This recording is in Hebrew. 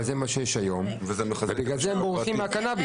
אבל זה מה שיש היום, ובגלל זה הם בורחים מהקנביס.